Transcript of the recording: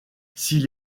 s’il